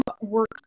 work